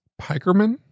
Pikerman